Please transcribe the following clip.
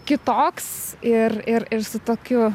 kitoks ir ir ir su tokiu